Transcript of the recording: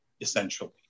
essentially